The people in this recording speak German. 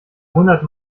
wundert